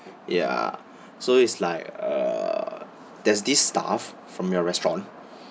ya so is like uh there's this staff from your restaurant